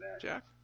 Jack